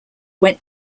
went